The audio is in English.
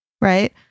right